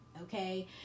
Okay